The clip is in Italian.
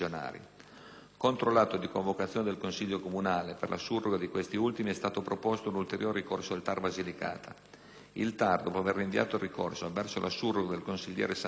Il TAR, dopo aver rinviato il ricorso avverso la surroga del consigliere Santagata